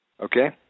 okay